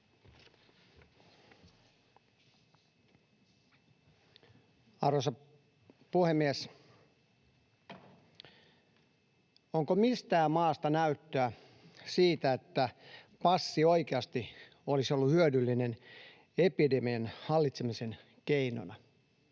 Arvoisa puhemies! Onko mistään maasta näyttöä siitä, että passi oikeasti olisi ollut hyödyllinen epidemian hallitsemisen keinona?